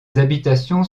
habitations